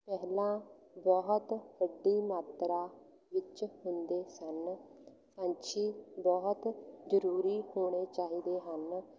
ਪਹਿਲਾਂ ਬਹੁਤ ਵੱਡੀ ਮਾਤਰਾ ਵਿੱਚ ਹੁੰਦੇ ਸਨ ਪੰਛੀ ਬਹੁਤ ਜ਼ਰੂਰੀ ਹੋਣੇ ਚਾਹੀਦੇ ਹਨ